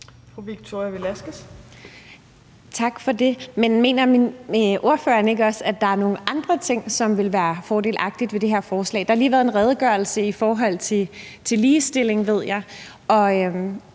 Men mener ordføreren ikke også, at der er nogle andre ting, som vil være fordelagtige ved det her forslag? Der har lige været en redegørelse om ligestilling,